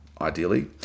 ideally